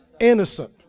Innocent